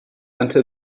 until